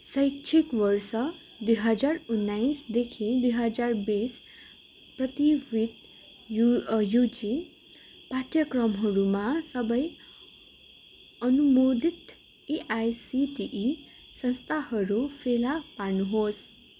शैक्षिक वर्ष दुई हजार उन्नाइसदेखि दुई हजार बिस प्रतिवित यु युजी पाठ्यक्रमहरूमा सबै अनुमोदित एआइसिटिई संस्थाहरू फेला पार्नु होस्